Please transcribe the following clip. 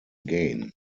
gain